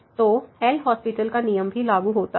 तो L'Hospital LHospital का नियम भी लागू होता है